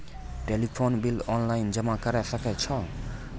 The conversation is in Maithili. टेलीफोन बिल ऑनलाइन जमा करै सकै छौ?